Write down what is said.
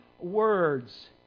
words